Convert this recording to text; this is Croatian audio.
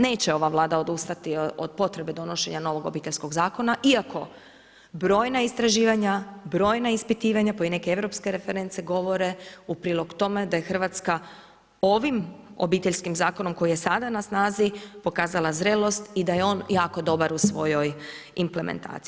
Neće ova Vlada odustati od potrebe donošenja novog Obiteljskog zakona iako brojna istraživanja, brojna ispitivanja, pa i neke europske reference govore u prilog tome da je RH ovim Obiteljskim zakonom koji je sada na snazi pokazala zrelost i da je on jako dobar u svojoj implementaciji.